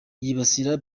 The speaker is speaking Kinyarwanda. yibasira